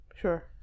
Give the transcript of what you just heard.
Sure